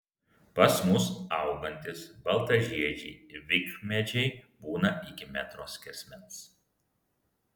pas mus augantys baltažiedžiai vikmedžiai būna iki metro skersmens